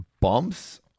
bumps